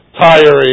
tiring